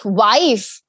wife